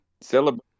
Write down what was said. Celebrate